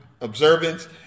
observance